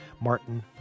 Martin